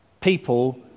people